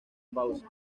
pausa